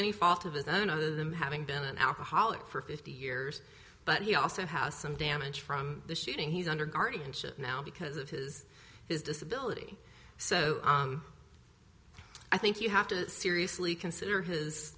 any fault of his own other than having been an alcoholic for fifty years but he also how some damage from the shooting he's under guardianship now because of his his disability so i think you have to seriously consider his